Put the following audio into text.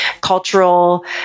cultural